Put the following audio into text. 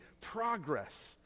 progress